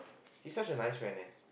he's such a nice friend eh